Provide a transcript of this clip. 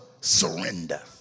surrender